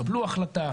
קבלו החלטה,